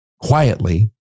quietly